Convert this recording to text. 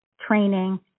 training